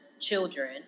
children